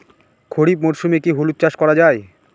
খরিফ মরশুমে কি হলুদ চাস করা য়ায়?